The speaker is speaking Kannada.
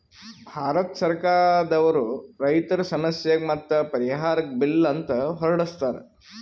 ಭಾರತ್ ಸರ್ಕಾರ್ ದವ್ರು ರೈತರ್ ಸಮಸ್ಯೆಗ್ ಮತ್ತ್ ಪರಿಹಾರಕ್ಕ್ ಬಿಲ್ ಅಂತ್ ಹೊರಡಸ್ತಾರ್